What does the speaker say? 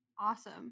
Awesome